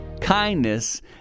Kindness